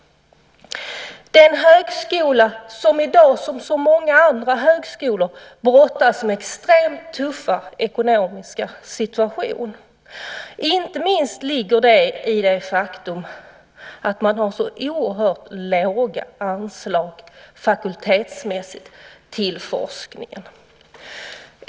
Denna högskola brottas i dag, som så många andra högskolor, med en extremt tuff ekonomisk situation. Inte minst ligger det i det faktum att man har så oerhört låga anslag fakultetsmässigt till forskningen.